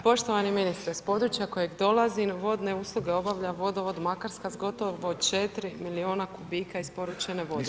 Poštovani ministre, s područja kojeg dolazim, vodne usluge obavlja Vodovod Makarska s gotovo 4 milijuna kubika isporučene vode.